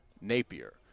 Napier